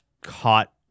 caught